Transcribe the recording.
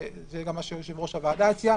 וזה גם מה שיושב-ראש הוועדה הציע,